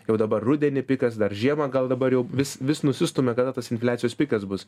jau dabar rudenį pikas dar žiemą gal dabar jau vis vis nusistumia kada tas infliacijos pikas bus